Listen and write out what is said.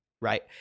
right